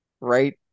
right